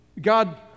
God